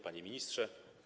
Panie Ministrze!